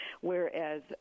Whereas